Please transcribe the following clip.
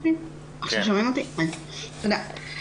תודה.